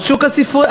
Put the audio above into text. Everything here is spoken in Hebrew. על שוק הספרים.